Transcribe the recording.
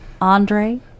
Andre